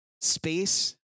Space